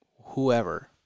whoever